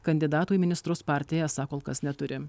kandidatų į ministrus partija esą kol kas neturi